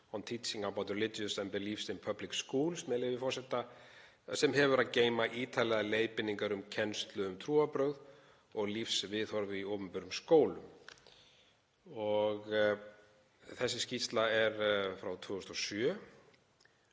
on Teaching About Religions and Beliefs in Public Schools, með leyfi forseta, sem hefur að geyma ítarlegar leiðbeiningar um kennslu um trúarbrögð og lífsviðhorf í opinberum skólum. Þessi skýrsla er frá 2007